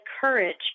courage